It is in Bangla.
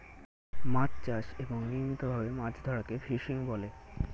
মাছ চাষ এবং নিয়মিত ভাবে মাছ ধরাকে ফিশিং বলে